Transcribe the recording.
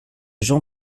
jean